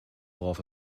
worauf